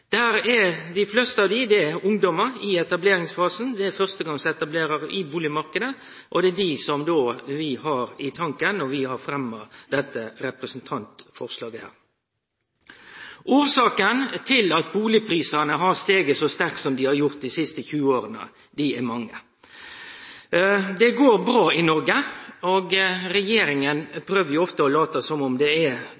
Dei fleste av dei er ungdomar i etableringsfasen. Det er førstegangsetablerarar i bustadmarknaden, og det var dei vi hadde i tankane då vi fremma dette representantforslaget. Årsaka til at bustadprisane har stige så sterkt som dei har gjort dei siste 20 åra, er mange. Det går bra i Noreg. Regjeringa prøver ofte å late som om det er på grunn av regjeringa,